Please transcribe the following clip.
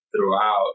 throughout